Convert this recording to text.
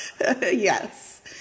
Yes